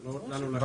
הכסף.